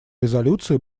резолюции